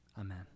Amen